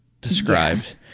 described